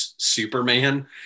Superman